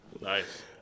Nice